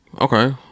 Okay